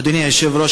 אדוני היושב-ראש,